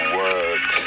work